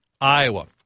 Iowa